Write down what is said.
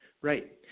Right